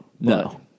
No